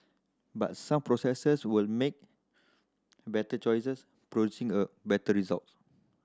but some processes will make better choices producing a better result